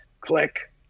click